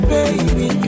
Baby